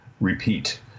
repeat